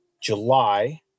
July